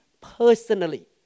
personally